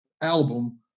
album